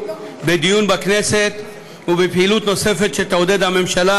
בדיון בכנסת ובפעילות נוספת שתעודד הממשלה,